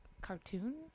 cartoon